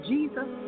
Jesus